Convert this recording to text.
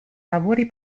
lavori